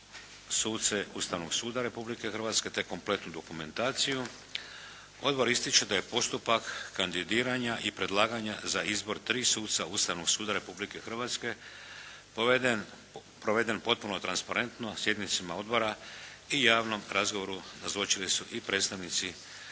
suce Ustavnog suda Republike Hrvatske te kompletnu dokumentaciju. Odbor ističe da je postupak kandidiranja i predlaganje za izbor 3 suca Ustavnog suda Republike Hrvatske proveden potpuno transparentno na sjednicama odbora i javnog razgovoru nazočili su i predstavnici